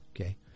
Okay